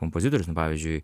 kompozitorius nu pavyzdžiui